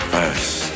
First